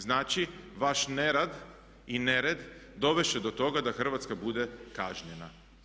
Znači vaš nerad i nered dovesti će do toga da Hrvatska bude kažnjena.